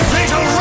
Fatal